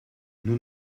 nous